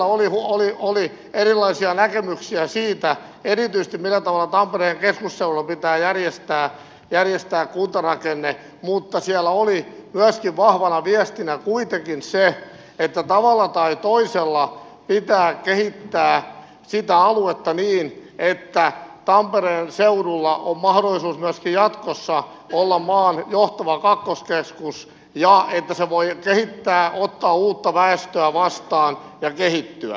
toki siellä oli erilaisia näkemyksiä erityisesti siitä millä tavalla tampereen keskusseudulla pitää järjestää kuntarakenne mutta siellä oli kuitenkin vahvana viestinä myös se että tavalla tai toisella pitää kehittää sitä aluetta niin että tampereen seudulla myöskin jatkossa on mahdollisuus olla maan johtava kakkoskeskus ja että se voi kehittää ottaa uutta väestöä vastaan ja kehittyä